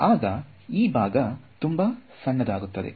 ಆಗ ಈ ಭಾಗ ತುಂಬಾ ಸಣ್ಣದಾಗುತ್ತದೆ